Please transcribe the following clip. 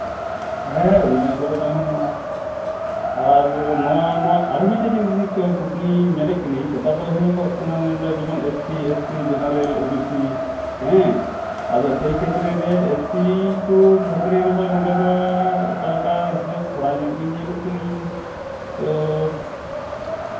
ᱦᱮᱸ ᱚᱵᱷᱤᱱᱚᱭ ᱠᱚᱨᱮᱱᱟᱜ ᱦᱚᱸ ᱢᱮᱱᱟᱜᱼᱟ ᱟᱨ ᱱᱚᱣᱟ ᱱᱚᱣᱟ ᱟᱨ ᱢᱤᱫᱴᱮᱱ ᱡᱤᱱᱤᱥ ᱠᱩᱠᱞᱤᱧ ᱢᱮᱱᱮᱫ ᱠᱟᱹᱱᱟᱹᱧ ᱥᱮᱴᱟ ᱫᱚ ᱦᱩᱭᱩᱜᱚᱜ ᱠᱟᱱᱟ ᱱᱚᱸᱰᱮ ᱡᱮᱢᱚᱱ ᱮᱥᱴᱤ ᱮᱥᱴᱤ ᱡᱮᱱᱟᱨᱮᱞ ᱳᱵᱤᱥᱤ ᱦᱮᱸ ᱟᱫᱚ ᱥᱮᱭ ᱠᱷᱮᱛᱨᱮ ᱨᱮ ᱮᱥᱴᱤ ᱠᱚ ᱠᱷᱮᱛᱨᱮ ᱨᱮᱢᱟ ᱱᱚᱸᱰᱮ ᱢᱟ ᱚᱠᱟ ᱞᱮᱠᱟ ᱦᱤᱥᱟᱹᱵᱽ ᱛᱷᱚᱲᱟ ᱧᱚᱜ ᱜᱮ ᱧᱮᱞᱮᱫ ᱠᱟᱹᱱᱟᱹᱧ ᱛᱳ